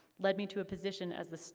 led me to a position as the,